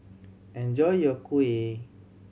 enjoy your kuih